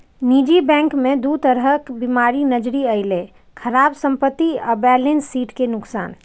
निजी बैंक मे दू तरह बीमारी नजरि अयलै, खराब संपत्ति आ बैलेंस शीट के नुकसान